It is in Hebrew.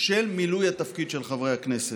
של מילוי התפקיד של חברי הכנסת.